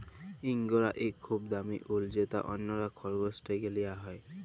ইঙ্গরা ইক খুব দামি উল যেট অল্যরা খরগোশ থ্যাকে লিয়া হ্যয়